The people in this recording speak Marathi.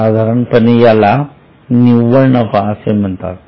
सर्वसाधारणपणे याला निव्वळ नफा असे म्हणतात